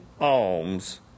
alms